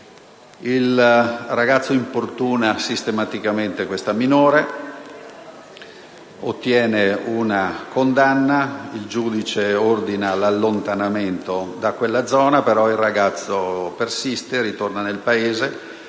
Il ragazzo importuna sistematicamente questa minore, ottiene una condanna, il giudice ne ordina l'allontanamento da quella zona, ma il ragazzo persiste e ritorna nel paese.